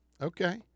Okay